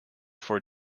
for